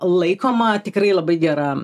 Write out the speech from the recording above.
laikoma tikrai labai gera